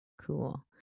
cool